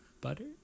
butter